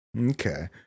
Okay